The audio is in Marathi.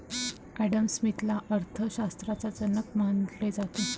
ॲडम स्मिथला अर्थ शास्त्राचा जनक म्हटले जाते